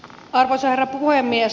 arvoisa herra puhemies